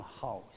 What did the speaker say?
house